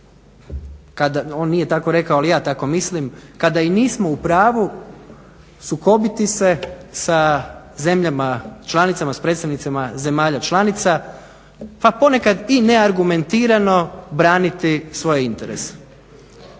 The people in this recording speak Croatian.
on nije tako rekao ali ja tako mislim, kada i nismo u pravu sukobiti se sa zemljama članicama, s predstavnicima zemalja članica, pa ponekad i neargumentirano braniti svoje interese.